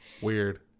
Weird